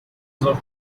include